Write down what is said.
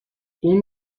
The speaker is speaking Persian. اون